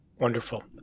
Wonderful